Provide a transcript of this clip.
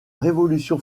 révolution